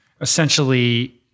Essentially